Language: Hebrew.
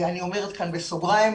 אני אומרת כאן בסוגריים,